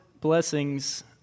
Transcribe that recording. blessings